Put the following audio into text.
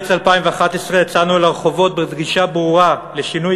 בקיץ 2011 יצאנו לרחובות בדרישה ברורה לשינוי